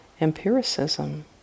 empiricism